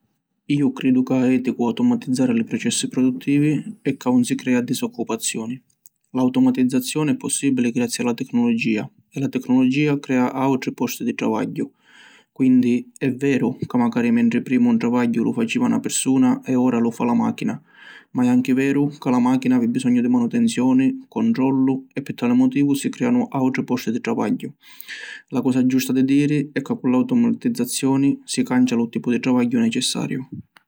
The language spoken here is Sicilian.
Iu cridu ca è eticu automatizzari li processi produttivi e ca ‘un si crea disoccupazioni. L’automatizzazioni è possibili grazî a la tecnologia e la tecnologia crea autri posti di travagghiu. Quindi, è veru ca macari mentri primu un travagghiu lu faciva na pirsuna e ora lu fa la machina, ma è anchi veru ca la machina havi bisognu di manutenzioni, controllu e pi tali motivu si creanu autri posti di travagghiu. La cosa giusta di diri è ca cu l’automatizzazioni si cancia lu tipu di travagghiu necessariu.